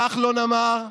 כחלון אמר: